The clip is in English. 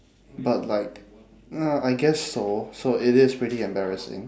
but like ya I guess so so it is pretty embarrassing